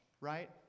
right